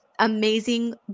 amazing